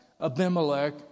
Abimelech